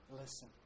Listen